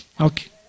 Okay